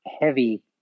heavy